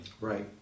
Right